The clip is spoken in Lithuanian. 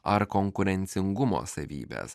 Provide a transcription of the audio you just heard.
ar konkurencingumo savybės